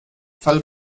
fall